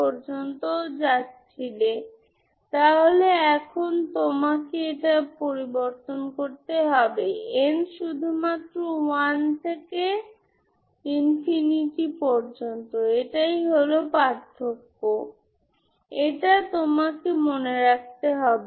অন্যথায় সাধারণ ফোরিয়ার সিরিজের মধ্যে b a পিরিওডের সাথে আপনি এই ফোরিয়ার সিরিজটি পেতে পারেন